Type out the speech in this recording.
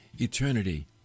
eternity